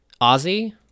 Ozzy